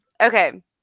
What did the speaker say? Okay